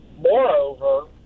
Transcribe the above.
Moreover